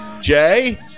Jay